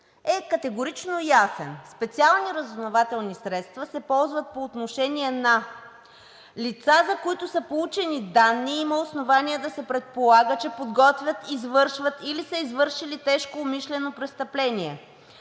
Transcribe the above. е категорично ясен – специални разузнавателни средства се ползват по отношение на лица, за които са получени данни и има основание да се предполага, че подготвят, извършват или са извършили тежко умишлено престъпление;